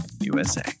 USA